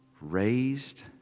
raised